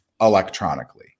electronically